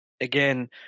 again